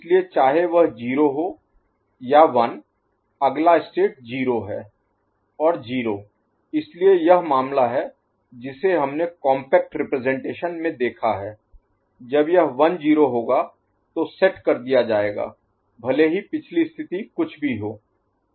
इसलिए चाहे वह 0 हो या 1 अगला स्टेट 0 है और 0 इसलिए यह मामला है जिसे हमने कॉम्पैक्ट रिप्रजेंटेशन में देखा है जब यह 1 0 होगा तो सेट कर दिया जाएगा भले ही पिछली स्थिति कुछ भी हो